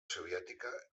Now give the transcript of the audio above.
soviètica